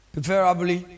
Preferably